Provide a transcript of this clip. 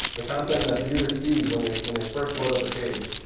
the content that the user sees when they when they first load up the page,